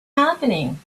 happening